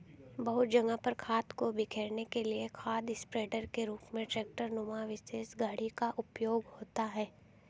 बहुत जगह पर खाद को बिखेरने के लिए खाद स्प्रेडर के रूप में ट्रेक्टर नुमा विशेष गाड़ी का उपयोग होता है